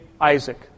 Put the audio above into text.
Isaac